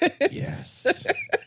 yes